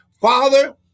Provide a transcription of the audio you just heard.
Father